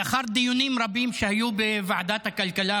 לאחר דיונים רבים שהיו בוועדת הכלכלה,